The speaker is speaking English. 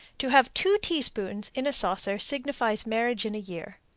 to have two teaspoons in a saucer signifies marriage in a year.